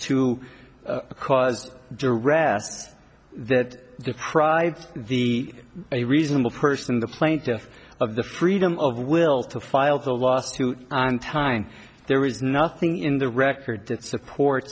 to cause duress that deprives the a reasonable person the plaintiff of the freedom of will to file the lawsuit on time there is nothing in the record that support